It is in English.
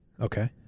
Okay